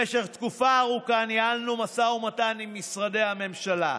במשך תקופה ארוכה ניהלנו משא ומתן עם משרדי הממשלה.